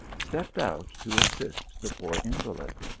stepped out to assist the poor inva lid.